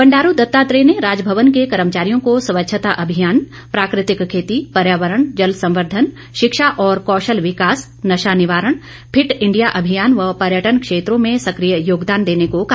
बंडारू दत्तात्रेय ने राजभवन के कर्मचारियों को स्वच्छता अभियान प्राकृतिक खेती पर्यावरण जल संवर्धन शिक्षा और कौशल विकास नशा निवारण फिट इंडिया अभियान व पर्यटन क्षेत्रों में सकिय योगदान देने को कहा